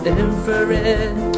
infrared